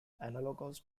analogous